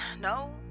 No